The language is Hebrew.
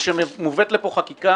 זה שמובאת לפה חקיקה